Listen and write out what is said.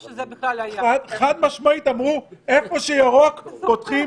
חד משמעית אמרו: במקום ירוק פותחים,